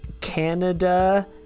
Canada